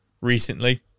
recently